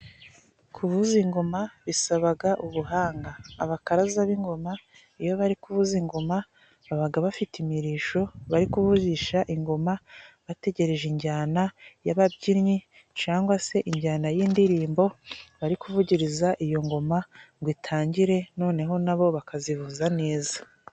Kuvuza ingoma bisabaga ubuhanga abakaraza b'ingoma iyo bari kuvuza ingomaga babaga bafite imirisho bari kuvurisha ingoma bategereje injyana y'ababyinnyi cangwa se injyana y'indirimbo bari kuvugiriza iyo ngoma ngo itangire noneho nabo bakazivuza neza.